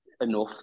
enough